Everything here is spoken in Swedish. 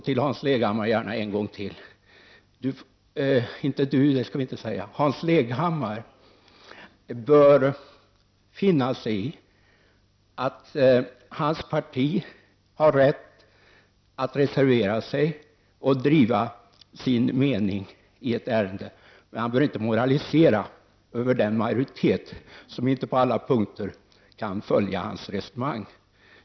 Till Hans Leghammar vill jag gärna säga en gång till att han bör finna sig i att hans parti har rätt att reservera sig och driva sin mening i ett ärende, men han bör inte moralisera över den majoritet som inte på alla punkter kan följa hans resonemang.